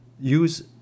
use